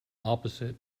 opposite